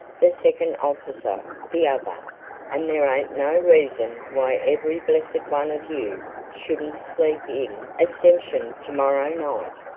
the second officer the other and there ain't no reason why every blessed one of you shouldn't sleep in ascension to-morrow night.